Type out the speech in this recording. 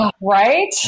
Right